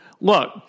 Look